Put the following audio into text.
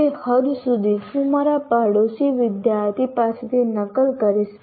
તે હદ સુધી હું મારા પડોશી વિદ્યાર્થી પાસેથી નકલ કરીશ